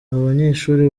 banyeshuri